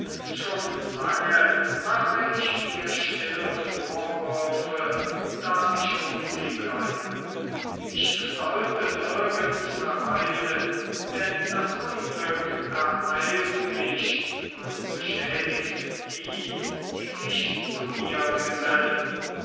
schon lange mache ich mir stille vorwürfe daß ich um sie bleibe ich sollte nirgends verweilen denn das unglück ereilt mich und beschädigt die die sich zu mir gesellen